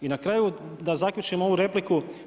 I na kraju da zaključim ovu repliku.